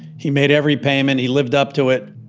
he made every payment, he lived up to it.